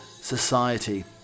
Society